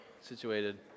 situated